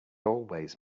always